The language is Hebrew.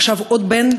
עכשיו עוד בן,